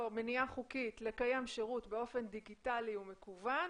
מניעה חוקית לקיים שירות באופן דיגיטלי ומקוון,